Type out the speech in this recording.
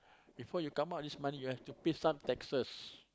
before you come out this money you have to pay some taxes